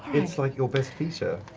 it's like your best feature.